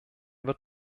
wird